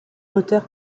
moteur